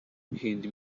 guhinda